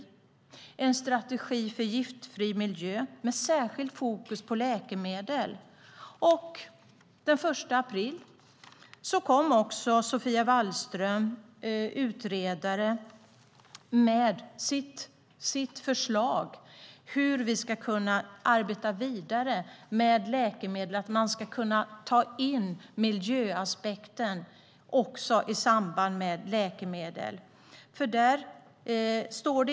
Vi har levererat en strategi för giftfri miljö med särskilt fokus på läkemedel. Den 1 april kom också Sofia Wallström, som är utredare, med sitt förslag om hur vi ska kunna arbeta vidare med läkemedel och att man också ska kunna ta med miljöaspekten i samband med läkemedel.